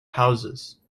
houses